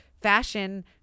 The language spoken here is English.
fashion